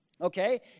Okay